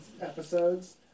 episodes